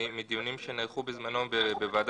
אני יודע מדיונים שנערכו בזמנו בוועדת